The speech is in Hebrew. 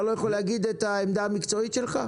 לא יכול להגיד את העמדה המקצועית שלך?